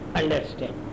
understand